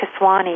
Kaswani